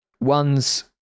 One's